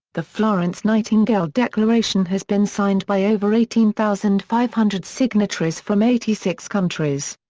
the florence nightingale declaration has been signed by over eighteen thousand five hundred signatories from eighty six countries.